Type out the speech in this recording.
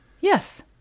Yes